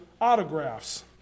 autographs